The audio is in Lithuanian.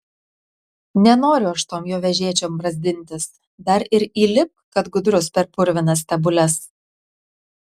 nenoriu aš tom jo vežėčiom brazdintis dar ir įlipk kad gudrus per purvinas stebules